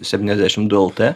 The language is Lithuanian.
septyniasdešim du lt